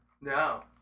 No